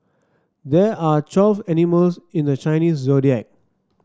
there are twelve animals in the Chinese Zodiac